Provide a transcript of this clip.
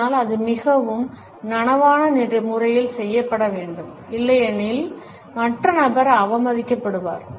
ஆனால் அது மிகவும் நனவான முறையில் செய்யப்பட வேண்டும் இல்லையெனில் மற்ற நபர் அவமதிக்கப்படுவார்